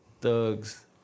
Thug's